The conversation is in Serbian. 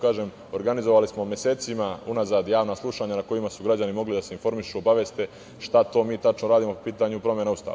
Kažem, organizovali smo mesecima unazad javna slušanja na kojima su građani mogli da se informišu, obaveste šta mi to tačno radimo po pitanju promena Ustava.